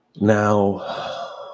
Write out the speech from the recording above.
Now